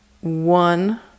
one